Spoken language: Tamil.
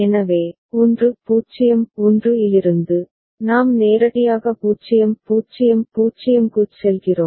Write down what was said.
எனவே 1 0 1 இலிருந்து நாம் நேரடியாக 0 0 0 க்குச் செல்கிறோம்